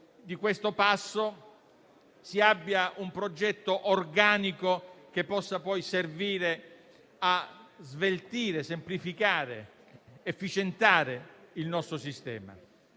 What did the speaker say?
di questo passo si abbia un progetto organico che possa poi servire a sveltire, semplificare e rendere efficiente il nostro sistema.